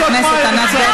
חבר הכנסת פורר,